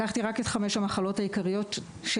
לקחתי רק את חמש המחלות העיקריות של